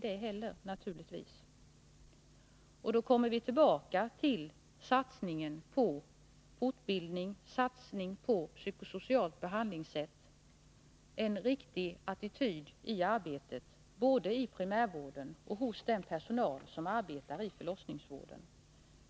Då kommer vi tillbaka till satsningen på fortbildning och på ett psykosocialt behandlingssätt för att skapa en riktig attityd i arbetet, både i primärvården och hos de personal som arbetar i förlossningsvården.